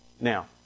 Now